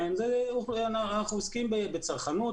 אנחנו עוסקים בצרכנות,